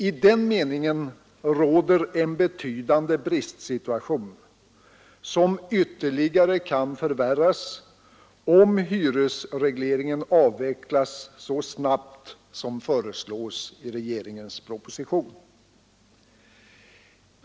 I den meningen är det en betydande bristsituation, som ytterligare kan förvärras om hyresregleringen avvecklas så snabbt som föreslås i propositionen.